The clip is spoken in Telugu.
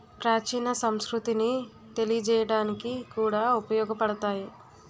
ప్రాచీన సంస్కృతిని తెలియజేయడానికి కూడా ఉపయోగపడతాయి